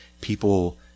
people